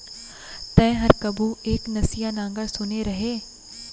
तैंहर कभू एक नसिया नांगर सुने रहें?